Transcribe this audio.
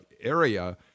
area